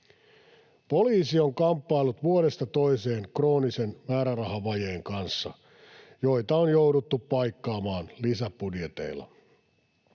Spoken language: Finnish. Poliisi on kamppaillut vuodesta toiseen kroonisen määrärahavajeen kanssa, jota on jouduttu paikkaamaan lisäbudjeteilla.